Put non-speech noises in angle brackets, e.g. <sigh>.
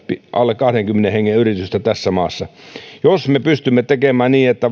alle kahdenkymmenen hengen yritystä tässä maassa jos me pystymme tekemään niin että <unintelligible>